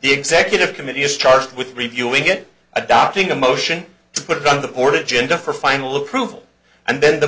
the executive committee is charged with reviewing it adopting a motion to put it on the board agenda for final approval and then the